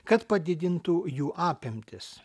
kad padidintų jų apimtis